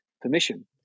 permission